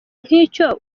nk’icyo